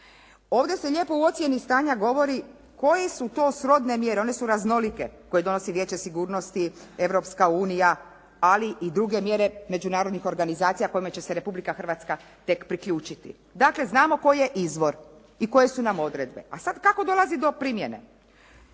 Ovdje se lijepo u ocjeni stanja govori koji su to srodne mjere. One su raznolike, koje donosi Vijeće sigurnosti, Europska unija, ali i druge mjere međunarodnih organizacija kojima će se Republika Hrvatska tek priključiti. Dakle, znamo tko je izvor i koje su nam odredbe. A sad kako dolazi do primjene?